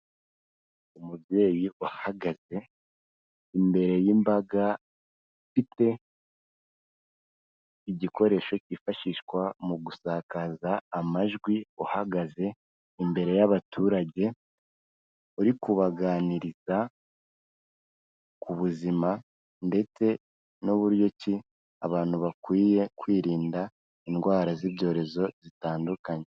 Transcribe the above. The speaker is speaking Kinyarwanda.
Umubyeyi uhagaze imbere y'imbaga ufite igikoresho cyifashishwa mu gusakaza amajwi, uhagaze imbere y'abaturage uri kubaganiriza ku buzima ndetse n'uburyo ki abantu bakwiye kwirinda indwara z'ibyorezo zitandukanye.